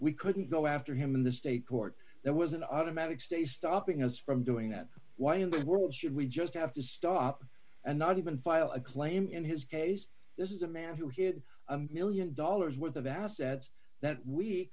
we couldn't go after him in the state court that was an automatic stay stopping us from doing that why in the world should we just have to stop and not even file a claim in his case this is a man who hid one million dollars worth of assets that we